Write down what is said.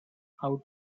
how